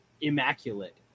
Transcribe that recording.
immaculate